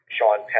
Sean